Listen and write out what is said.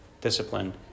discipline